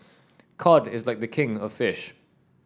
cod is like a king of fish